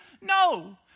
No